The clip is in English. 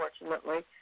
unfortunately